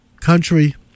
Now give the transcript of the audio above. country